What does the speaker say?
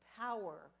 power